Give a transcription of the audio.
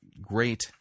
great